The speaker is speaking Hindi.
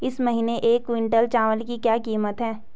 इस महीने एक क्विंटल चावल की क्या कीमत है?